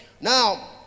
Now